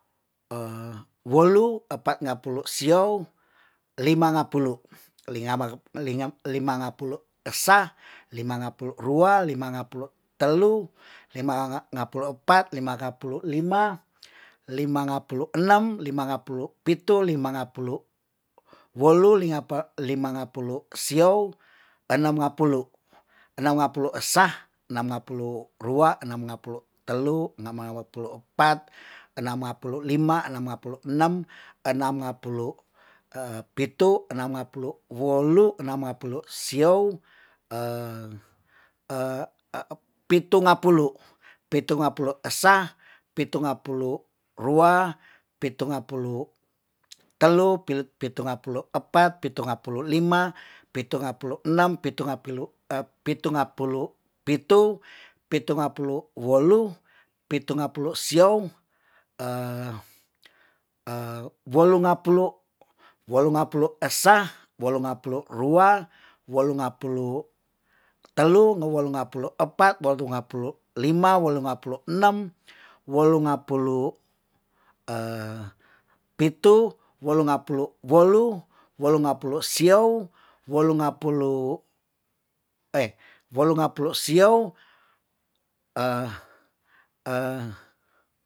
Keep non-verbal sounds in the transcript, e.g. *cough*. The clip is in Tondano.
Wolu, epat ngapulu siou, lima ngapulu, linga ma- lima nga- lima ngapulu esa, lima ngapulu rua, lima ngapulu telu, lima ngapulu epat, lima ngapulu lima, lima ngapulu enam, lima ngapulu pitu, lima ngapulu wolu, lima ngapulu siou, enam ngapulu. enam ngapulu esa, enam ngapulu rua. enam ngapulu telu, enam ngapulu epat, enam ngapulu lima, enam ngapulu enam, enam ngapulu *hesitation* pitu, enam ngapulu wolu, enam ngapulu siou, *hesitation* pitu ngapulu. Pitu ngapulu esa, pitu ngapulu rua, pitu ngapulu telu, pitu ngapulu epat, pitu ngapulu lima, pitu ngapulu enam. pitu ngapilu- pitu ngapulu pitu, pitu ngapulu wolu, pitu ngapulu siou. *hesitation* wolu ngapulu. Wolu ngapulu esa, wolu ngapulu rua, wolu ngapulu telu, wolu ngapulu epat, wolu ngapulu lima, wolu ngapulu enam, wolu ngapulu *hesitation* pitu, wolu ngapulu wolu, wolu ngapulu siou, wolu ngapulu *hesitation* wolu ngapulu siou *hesitation*